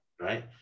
right